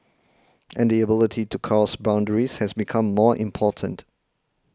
and the ability to cross boundaries has become more important